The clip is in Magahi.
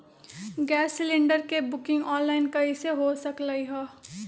गैस सिलेंडर के बुकिंग ऑनलाइन कईसे हो सकलई ह?